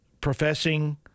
professing